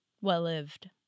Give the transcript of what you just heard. well-lived